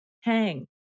hang